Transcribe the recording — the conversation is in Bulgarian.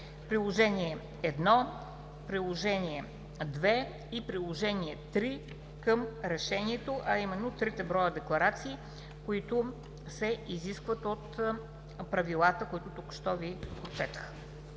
Приложение № 1, Приложение № 2 и Приложение № 3 към Решението са трите броя декларации, които се изискват от правилата, които току-що Ви прочетох.